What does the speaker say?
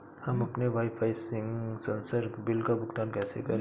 हम अपने वाईफाई संसर्ग बिल का भुगतान कैसे करें?